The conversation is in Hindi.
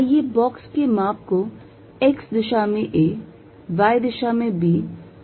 आइए बॉक्स के माप को x दिशा में a y दिशा में b और z दिशा में c लेते हैं